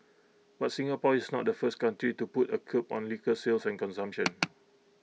but Singapore is not the first country to put A curb on liquor sales and consumption